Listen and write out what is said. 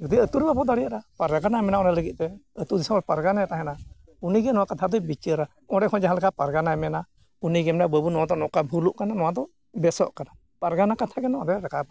ᱡᱩᱫᱤ ᱟᱹᱛᱩ ᱨᱮ ᱵᱟᱝ ᱵᱚᱱ ᱫᱟᱲᱮᱭᱟᱫᱟ ᱯᱟᱨᱜᱟᱱᱟ ᱢᱮᱱᱟᱭᱟ ᱚᱱᱟ ᱞᱟᱹᱜᱤᱫ ᱛᱮ ᱟᱹᱛᱩ ᱫᱤᱥᱚᱢ ᱨᱮ ᱯᱟᱨᱜᱟᱱᱟᱭ ᱛᱟᱦᱮᱱᱟ ᱩᱱᱤᱜᱮ ᱱᱚᱣᱟ ᱠᱟᱛᱷᱟ ᱜᱮᱭ ᱵᱤᱪᱟᱹᱨᱟ ᱚᱸᱰᱮ ᱦᱚᱸ ᱡᱟᱦᱟᱸ ᱞᱮᱠᱟ ᱯᱟᱨᱜᱟᱱᱟᱭ ᱢᱮᱱᱟ ᱩᱱᱤ ᱜᱮ ᱢᱮᱱᱟᱭ ᱵᱟᱹᱵᱩ ᱱᱚᱣᱟ ᱫᱚ ᱱᱚᱝᱠᱟ ᱵᱷᱩᱞᱩᱜ ᱠᱟᱱᱟ ᱱᱚᱣᱟ ᱫᱚ ᱵᱮᱥᱚᱜ ᱠᱟᱱᱟ ᱯᱟᱨᱜᱟᱱᱟ ᱠᱟᱛᱷᱟ ᱜᱮ ᱱᱚᱣᱟ ᱫᱚᱭ ᱨᱟᱠᱟᱵᱟ